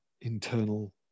internal